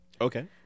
Okay